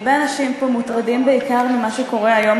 הרבה אנשים פה מוטרדים בעיקר ממה שקורה היום,